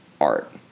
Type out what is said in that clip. art